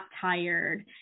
tired